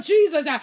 Jesus